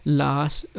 last